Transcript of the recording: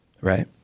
right